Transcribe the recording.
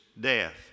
death